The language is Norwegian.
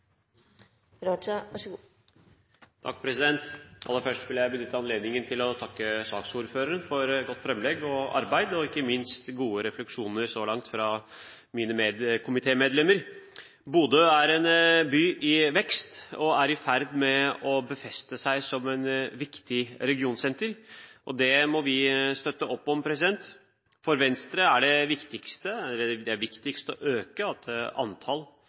gode refleksjoner så langt fra de andre medlemmene i komiteen. Bodø er en by i vekst og er i ferd med å befeste seg som et viktig regionsenter, og det må vi støtte opp om. For Venstre er det viktigst å øke